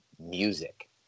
music